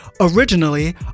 originally